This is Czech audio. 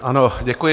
Ano, děkuji.